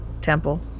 temple